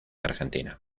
argentina